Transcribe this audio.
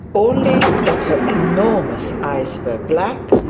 only that her enormous eyes were black,